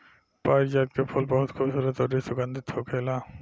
पारिजात के फूल बहुत खुबसूरत अउरी सुगंधित होखेला